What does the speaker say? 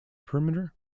perimeter